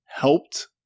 helped